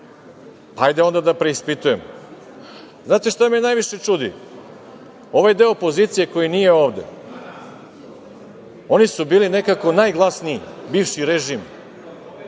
Hajde onda da preispitujemo. Znate šta me najviše čudi? Ovaj deo opozicije koji nije ovde su bili nekako najglasniji, bivši režim,